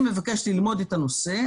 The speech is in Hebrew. אני מבקש ללמוד את הנושא,